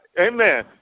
Amen